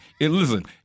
Listen